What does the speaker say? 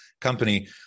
company